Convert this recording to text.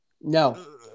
No